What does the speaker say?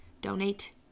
donate